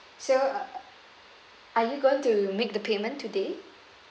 so uh are you going to make the payment today